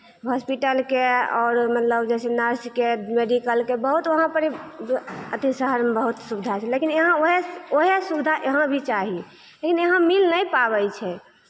हॉस्पिटलके आओर मतलब जइसे नर्सके मेडीकलके बहुत वहाँ पड़ी लोक अथि शहरमे बहुत सुविधा छै लेकिन यहाँ उएह उएह सुविधा यहाँ भी चाही लेकिन यहाँ मिल नहि पाबै छै